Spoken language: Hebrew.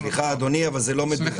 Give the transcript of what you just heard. סליחה אדוני, אבל זה לא מדויק.